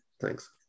Thanks